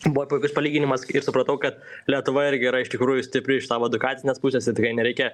buvo puikus palyginimas ir supratau kad lietuva irgi yra iš tikrųjų stipri iš savo edukacinės pusės ir tikrai nereikia